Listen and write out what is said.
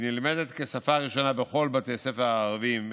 היא נלמדת כשפה ראשונה בכל בתי הספר הערביים,